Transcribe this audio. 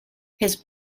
his